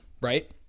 right